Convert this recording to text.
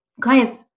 clients